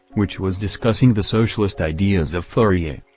which was discussing the socialist ideas of fourier.